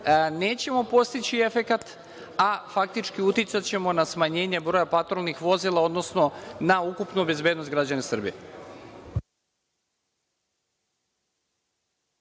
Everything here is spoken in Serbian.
nećemo postići efekat, a faktički uticaćemo na smanjenje broja patrolnih vozila, odnosno na ukupnu bezbednost građana Srbije.